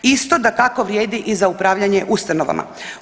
Isto dakako vrijedi i za upravljanje ustanovama.